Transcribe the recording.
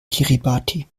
kiribati